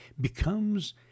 becomes